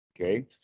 Okay